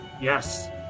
Yes